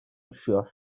düşüyor